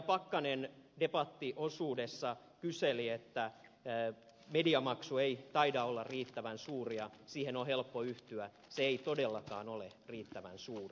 pakkanen debattiosuudessa kyseli että mediamaksu ei taida olla riittävän suuri ja siihen on helppo yhtyä se ei todellakaan ole riittävän suuri